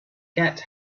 get